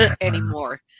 anymore